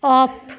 off